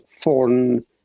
foreign